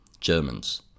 Germans